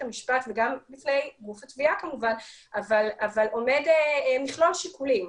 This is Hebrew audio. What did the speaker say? המשפט וגוף התביעה כמובן מכלול שיקולים,